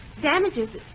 Damages